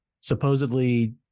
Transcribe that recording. supposedly